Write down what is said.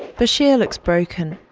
bashir looks broken.